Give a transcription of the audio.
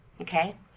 Okay